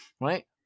Right